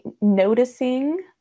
noticing